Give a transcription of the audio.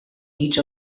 each